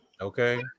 okay